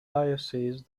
diocese